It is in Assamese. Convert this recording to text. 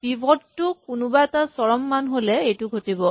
পিভট টো কোনোবা এটা চৰম মান হ'লে এইটো ঘটিব